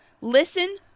listen